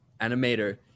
animator